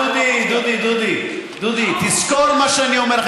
דודי, דודי, דודי, דודי, תזכור מה שאני אומר לך.